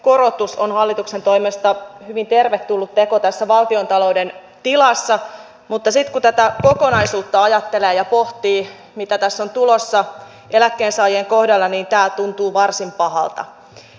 takuueläkekorotus on hallituksen toimesta hyvin tervetullut teko tässä valtiontalouden tilassa mutta sitten kun tätä kokonaisuutta ajattelee ja pohtii mitä tässä on tulossa eläkkeensaajien kohdalla tämä tuntuu varsin pahalta